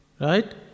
right